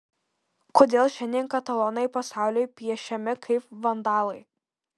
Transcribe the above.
kodėl šiandien katalonai pasauliui piešiami kaip vandalai